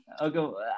okay